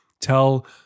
Tell